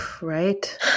right